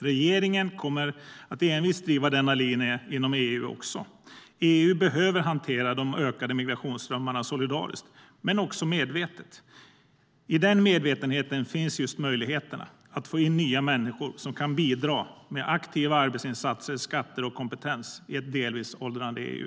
Regeringen kommer att envist driva denna linje inom EU också. EU behöver hantera de ökade migrationsströmmarna solidariskt men också medvetet. I den medvetenheten finns just möjligheterna att få in nya människor som kan bidra med aktiva arbetsinsatser, skatter och kompetens i ett delvis åldrande EU.